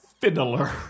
Fiddler